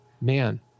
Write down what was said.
man